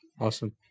Awesome